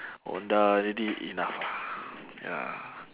honda already enough ah ya